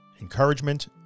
encouragement